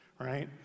Right